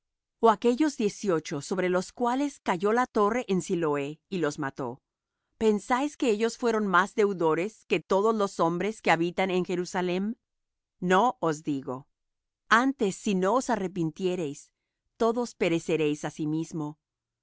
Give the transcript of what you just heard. o aquellos dieciocho sobre los cuales cayó la torre en siloé y los mató pensáis que ellos fueron más deudores que todos los hombres que habitan en jerusalem no os digo antes si no os arrepintiereis todos pereceréis asimismo